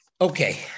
Okay